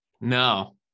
No